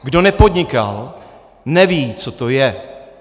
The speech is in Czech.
Kdo nepodnikal, neví, co to je.